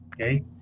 Okay